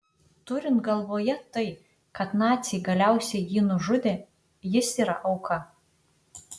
turint galvoje tai kad naciai galiausiai jį nužudė jis yra auka